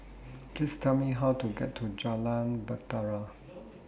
Please Tell Me How to get to Jalan Bahtera